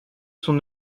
son